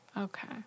Okay